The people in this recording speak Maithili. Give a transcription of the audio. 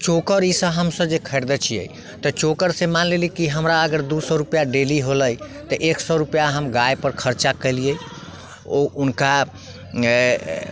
चोकर ईसभ हम जे खरिदैत छियै तऽ चोकरसे मानि लेली कि हमरा अगर दू सए रूपैआ डेली होलै तऽ एक सए रूपैआ हम गाएपर खर्चा केलियै ओ हुनका